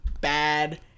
bad